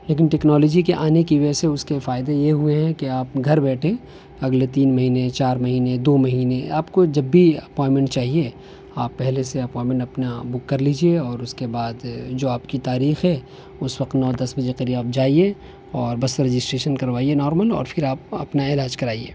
لیکن ٹیکنالوجی کے آنے کی وجہ سے اس کے فائدے یہ ہوئے ہیں کہ آپ گھر بیٹھے اگلے تین مہینے چار مہینے دو مہینے آپ کو جب بھی اپوائمنٹ چاہیے آپ پہلے سے اپوائمنٹ اپنا بک کر لیجیے اور اس کے بعد جو آپ کی تاریخ ہے اس وقت نو دس بجے قریب آپ جائیے اور بس رجسٹریشن کروائیے نارمل اور پھر آپ اپنا علاج کرائیے